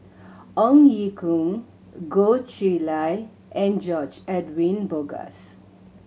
Ong Ye Kung Goh Chiew Lye and George Edwin Bogaars